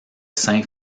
saint